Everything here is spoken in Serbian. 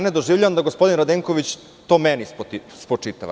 Ne doživljavam da gospodin Radenković to meni spočitava.